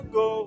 go